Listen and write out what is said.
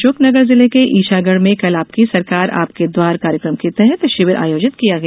अशोकनगर जिले के ईशागढ़ में कल आपकी सरकार आपके द्वार कार्यक्रम के तहत शिविर आयोजित किया गया